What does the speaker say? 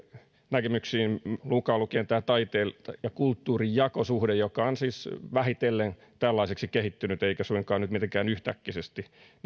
ja asiat mukaan lukien taiteen ja kulttuurin jakosuhde joka on siis vähitellen tällaiseksi kehittynyt eikä suinkaan nyt mitenkään yhtäkkisesti